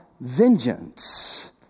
vengeance